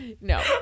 no